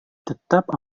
tetap